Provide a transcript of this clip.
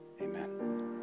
Amen